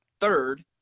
third